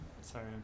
Sorry